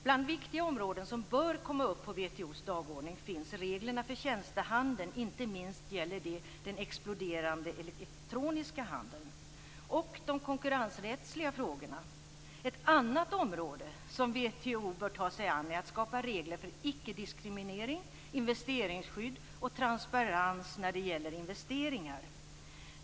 Bland viktiga områden som bör komma upp på - inte minst gäller det den exploderande elektroniska handeln - och de konkurrensrättsliga frågorna. Ett annat område som WTO bör ta sig an är att skapa regler för icke-diskriminering, investeringsskydd och transparens när det gäller investeringar.